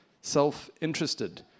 self-interested